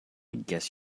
guess